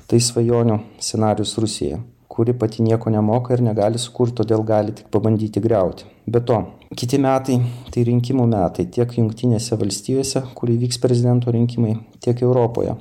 tai svajonių scenarijus rusijai kuri pati nieko nemoka ir negali sukurt todėl gali tik pabandyti griauti be to kiti metai tai rinkimų metai tiek jungtinėse valstijose kur įvyks prezidento rinkimai tiek europoje